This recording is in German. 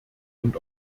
und